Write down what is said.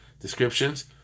descriptions